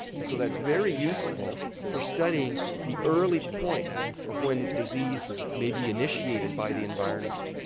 and so that's very useful for studying the early points of when disease may be initiated by the environment.